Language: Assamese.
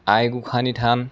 আই গোসাঁনী থান